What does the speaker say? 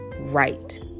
right